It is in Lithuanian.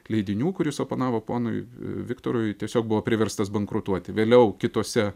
leidinių kuris oponavo ponui viktorui tiesiog buvo priverstas bankrutuoti vėliau kituose